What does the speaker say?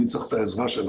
אני צריך את העזרה שלכם.